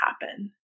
happen